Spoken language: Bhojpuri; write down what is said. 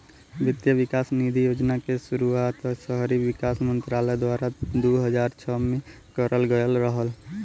वित्त विकास निधि योजना क शुरुआत शहरी विकास मंत्रालय द्वारा दू हज़ार छह में करल गयल रहल